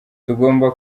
tugomba